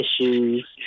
issues